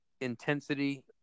intensity